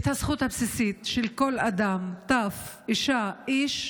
את הזכות הבסיסית של כל אדם, טף, אישה, איש,